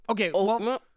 okay